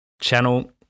channel